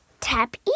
Tap